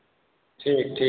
ठीक ठीक